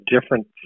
different